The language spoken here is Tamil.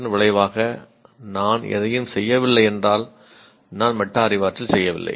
அதன் விளைவாக நான் எதையும் செய்யவில்லை என்றால் நான் மெட்டா அறிவாற்றல் செய்யவில்லை